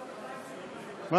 כפיים) חברים, רק דיברתי על זה.